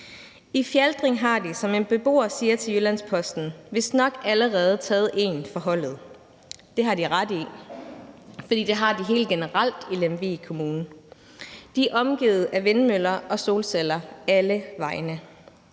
I Fjaltring har de, som en beboer siger til Jyllands-Posten, vistnok allerede taget en for holdet. Det har de ret i, for det har de helt generelt i Lemvig Kommune. De er omgivet af vindmøller og solceller alle vegne.